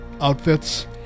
outfits